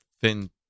thin